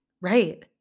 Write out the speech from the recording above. Right